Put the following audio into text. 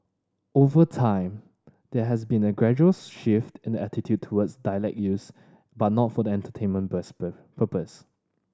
over time there has been a gradual shift in attitude towards dialect use but not for the entertainment purposes